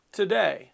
today